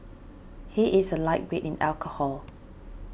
he is a lightweight in alcohol